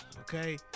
Okay